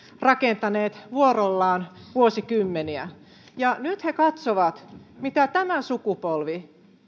rakentaneet vuorollaan vuosikymmeniä nyt he katsovat mitä tämä sukupolvi